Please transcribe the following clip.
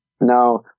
now